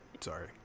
Sorry